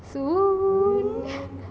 soon